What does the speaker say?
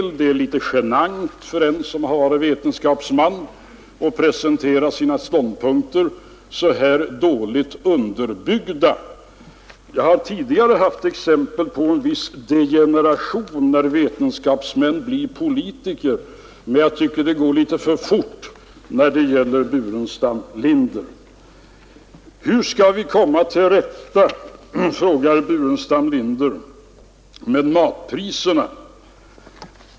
Det är fel och litet genant för en som har varit vetenskapsman att presentera sina ståndpunkter så här dåligt underbyggda. Jag har tidigare sett exempel på en viss degeneration när vetenskapsmän blir politiker, men jag tycker att det går litet för fort när det gäller herr Burenstam Linder. Hur skall vi komma till rätta, frågar herr Burenstam Linder, med matpriserna?